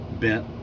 bent